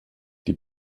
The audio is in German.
die